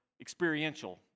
experiential